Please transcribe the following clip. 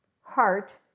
heart